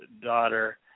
daughter